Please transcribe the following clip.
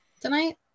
tonight